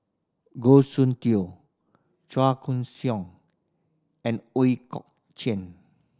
Goh Soon Tioe Chua Koon Siong and Ooi Kok Chuen